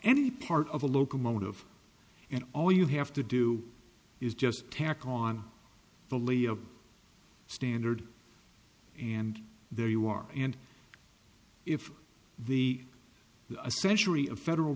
any part of a locomotive and all you have to do is just tack on the layer of standard and there you are and if the a century of federal